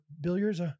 billiards